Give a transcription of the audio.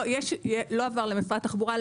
לא עבר למשרד התחבורה.